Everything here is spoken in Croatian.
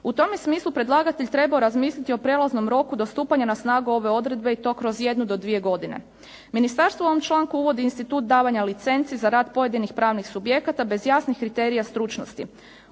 U tom je smislu predlagatelj trebao razmisliti o prelaznom roku do stupanja na snagu ove odredbe i to kroz jednu do dvije godine. Ministarstvo u ovom članku uvodi institut davanja licenci za rad pojedinih pravnih subjekata bez jasnih kriterija stručnosti.